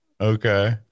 Okay